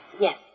Yes